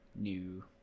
New